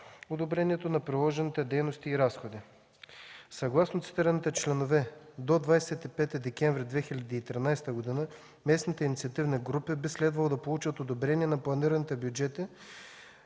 одобрението на предложените дейности и разходи. Съгласно цитираните членове до 25 декември 2013 г. местните инициативни групи би следвало да получат одобрение на планираните бюджети